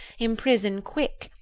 imprison quick,